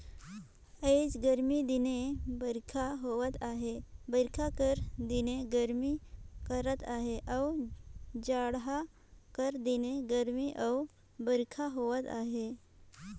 आएज गरमी दिने बरिखा होवत अहे बरिखा कर दिने गरमी करत अहे अउ जड़हा कर दिने गरमी अउ बरिखा होवत अहे